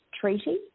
treaty